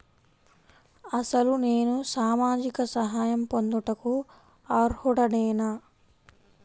అసలు నేను సామాజిక సహాయం పొందుటకు అర్హుడనేన?